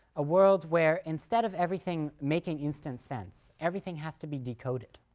a world where, instead of everything making instant sense everything has to be decoded.